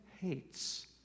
hates